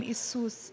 Jesus